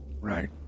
Right